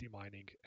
mining